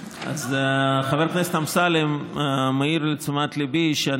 חבר הכנסת אמסלם מעיר לתשומת ליבי שאני